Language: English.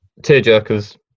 tearjerkers